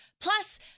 Plus